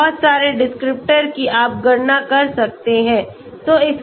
तो बहुत सारे डिस्क्रिप्टर कि आप गणना कर सकते हैं